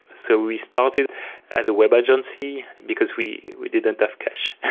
so we started at the web agency, because we we didn't have cash.